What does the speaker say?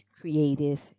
creative